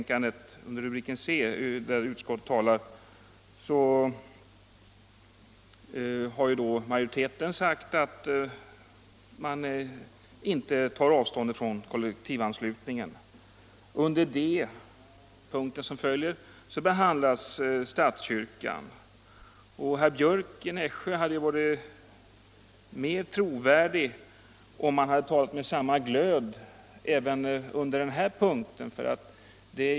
Kollektivanslutning till politiskt parti säger utskottsmajoriteten att den inte tar avstånd från kollektivanslutningen. Under den följande rubriken, 7 d. Medlemskap i svenska kyrkan, behandlas statskyrkan. Herr Björck i Nässjö hade varit trovärdigare om han hade talat med samma glöd om denna punkt.